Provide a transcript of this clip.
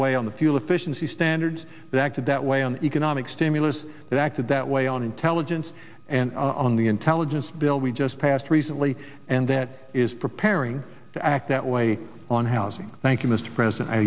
weigh on the fuel efficiency standards that acted that way on economic stimulus that acted that way on intelligence and on the intelligence bill we just passed recently and that is preparing to act that way on housing thank you mr president i